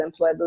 employability